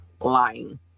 lying